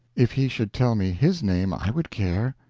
if he should tell me his name, i would care.